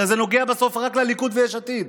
הרי זה נוגע בסוף רק לליכוד ויש עתיד.